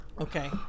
Okay